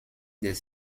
des